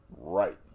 Right